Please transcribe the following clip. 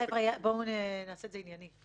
חבר'ה, בואו נעשה את זה עניינית.